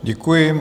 Děkuji.